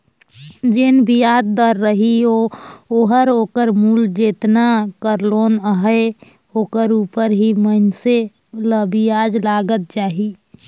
जेन बियाज दर रही ओहर ओकर मूल जेतना कर लोन अहे ओकर उपर ही मइनसे ल बियाज लगत जाही